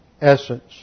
essence